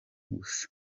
gusa